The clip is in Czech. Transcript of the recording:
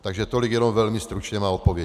Takže tolik jenom velmi stručně má odpověď.